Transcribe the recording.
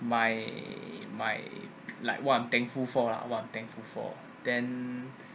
my my like what I'm thankful for what I'm thankful for them